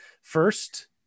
First